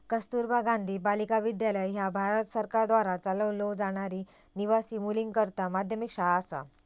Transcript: कस्तुरबा गांधी बालिका विद्यालय ह्या भारत सरकारद्वारा चालवलो जाणारी निवासी मुलींकरता माध्यमिक शाळा असा